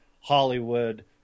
Hollywood